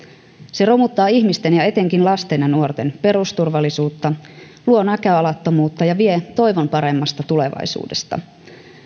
se romuttaa ihmisten ja etenkin lasten ja nuorten perusturvallisuutta luo näköalattomuutta ja vie toivon paremmasta tulevaisuudesta